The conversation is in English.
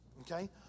okay